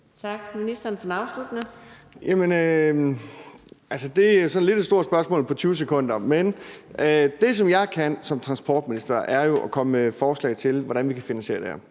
Transportministeren (Thomas Danielsen): Altså, det er sådan lidt et stort spørgsmål at besvare på 20 sekunder. Men det, jeg kan som transportminister, er jo at komme med forslag til, hvordan vi kan finansiere det her.